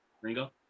Ringo